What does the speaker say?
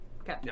Okay